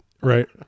right